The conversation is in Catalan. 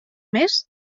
més